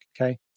Okay